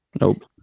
Nope